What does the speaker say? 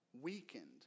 weakened